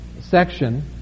section